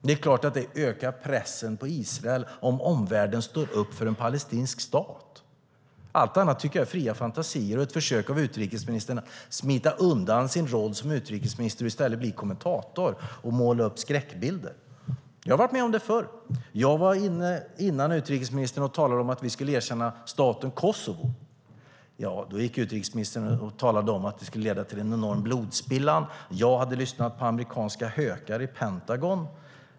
Det är klart att det ökar pressen på Israel om omvärlden står upp för en palestinsk stat. Allt annat tycker jag är fria fantasier och ett försök av utrikesministern att smita undan sin roll som utrikesminister och i stället bli kommentator och måla upp skräckbilder. Jag har varit med om det förr. Jag var inne före utrikesministern och talade om att vi skulle erkänna staten Kosovo. Då gick utrikesministern ut och talade om att det skulle leda till blodspillan och att jag hade lyssnat på amerikanska hökar i Pentagon.